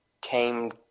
came